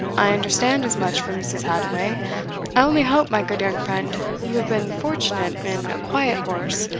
i understand as much from mrs. hadoway i only hope, my good young friend, you have been fortunate in a quiet horse.